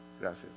Gracias